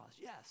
yes